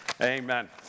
Amen